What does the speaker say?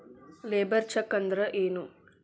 Labour check ಅಂದ್ರ ಏನು?